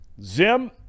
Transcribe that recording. Zim